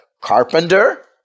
carpenter